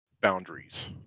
boundaries